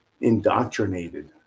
Indoctrinated